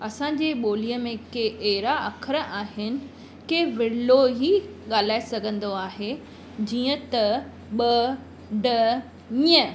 असांजी ॿोलीअ में के अहिड़ा अख़र आहिनि के विरलो ई ॻाल्हाइ सघंदो आहे जीअं त ॿ ॾ ञ